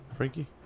Frankie